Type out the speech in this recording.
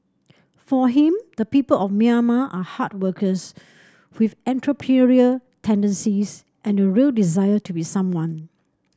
for him the people of Myanmar are hard workers with entrepreneurial tendencies and a real desire to be someone